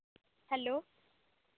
hello